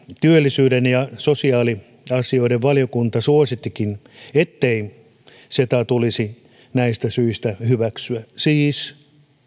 työllisyyden ja sosiaaliasioiden valiokunta suosittikin ettei cetaa tulisi näistä syistä hyväksyä siis